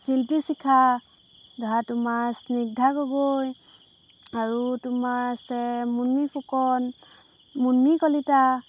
শিল্পী শিখা ধৰা তোমাৰ স্নিগ্ধা গগৈ আৰু তোমাৰ আছে মুনমি ফুকন মুন্মি কলিতা